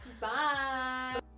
Bye